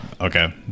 okay